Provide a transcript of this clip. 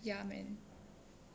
ya man